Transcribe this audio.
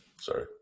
Sorry